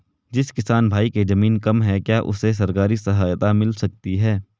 जिस किसान भाई के ज़मीन कम है क्या उसे सरकारी सहायता मिल सकती है?